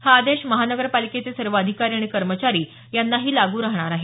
हा आदेश महानगरपालिकेचे सर्व अधिकारी आणि कर्मचारी यांनाही लागू राहणार आहे